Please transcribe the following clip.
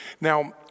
Now